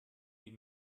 die